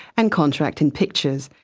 and contract in pictures.